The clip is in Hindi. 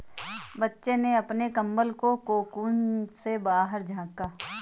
बच्चे ने अपने कंबल के कोकून से बाहर झाँका